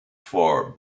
for